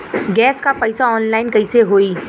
Gas क पैसा online कइसे होई?